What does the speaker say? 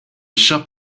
shop